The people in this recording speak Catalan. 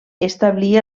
establia